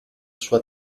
sua